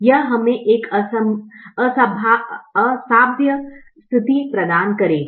यह हमें एक असंभाव्यस्थिति प्रदान करेगा